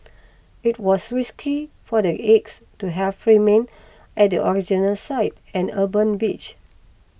it was risky for the eggs to have remained at the original site an urban beach